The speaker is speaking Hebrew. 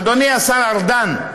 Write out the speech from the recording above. אדוני השר ארדן?